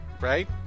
right